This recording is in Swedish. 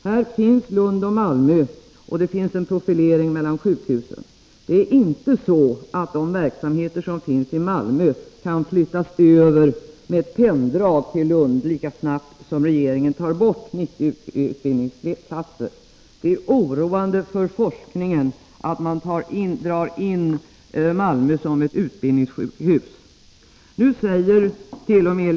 I detta sammanhang berörs sjukhusen i Lund och Malmö, vilka har olika profilering. De verksamheter som finns i Malmö kan inte flyttas över till Lund med ett penndrag, lika snabbt som regeringen tar bort 90 utbildningsplatser. Det är oroande för forskningen att man drar in Malmö allmänna sjukhus som ett utbildningssjukhus.